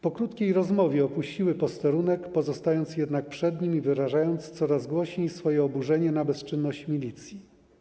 Po krótkiej rozmowie opuściły posterunek, pozostając jednak przed nim i wyrażając coraz głośniej swoje oburzenie na bezczynność milicji.